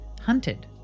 Hunted